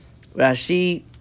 Rashi